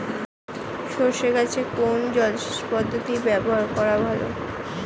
সরষে গাছে কোন জলসেচ পদ্ধতি ব্যবহার করা ভালো?